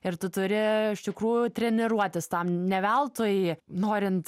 ir tu turi iš tikrųjų treniruotis ne veltui norint